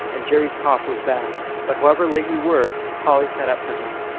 and jerry's cough was bad but however late we were, polly sat up for him,